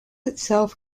itself